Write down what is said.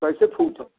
कैसे